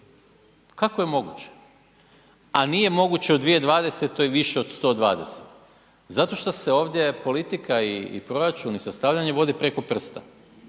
kako je moguće, a nije moguće u 2020. više od 120? Zato šta se ovdje politika i proračun i stavljanje vodi preko prsta,